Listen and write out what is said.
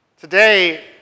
Today